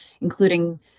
including